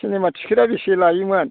cinema टिकिटआ बेसे लायोमोन